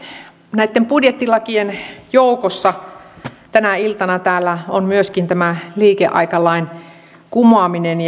näitten budjettilakien joukossa tänä iltana täällä on myöskin tämä liikeaikalain kumoaminen